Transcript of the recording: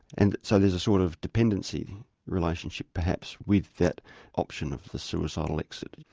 and so there's a sort of dependency relationship perhaps with that option of the suicidal exit.